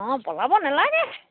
অঁ পলাব নেলাগে